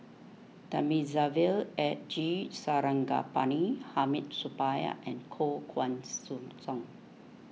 Thamizhavel eh G Sarangapani Hamid Supaat and Koh Guan Song